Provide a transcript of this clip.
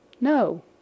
No